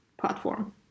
platform